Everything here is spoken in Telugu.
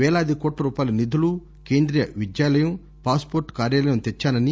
వేలాది కోట్ల రూపాయల నిధులు కేంద్రీయ విద్యాలయం పాస్ పోర్టు కార్యాలయం తెచ్చానని